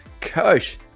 Coach